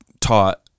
taught